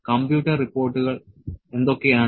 computer റിപ്പോർട്ടുകൾ എന്തൊക്കെയാണ്